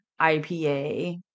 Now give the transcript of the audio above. IPA